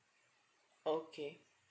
okay